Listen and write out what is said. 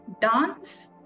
dance